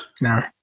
No